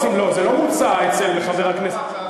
זה לא מוצע אצל חבר הכנסת.